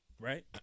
Right